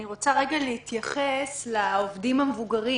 אני רוצה להתייחס לעובדים המבוגרים.